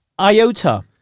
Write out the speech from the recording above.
Iota